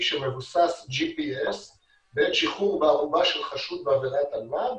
שמבוסס GPS בעת שחרור בערובה של חשוד בעבירת אלמ"ב